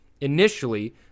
initially